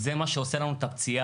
זה מה שעושה לנו את הפציעה.